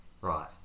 right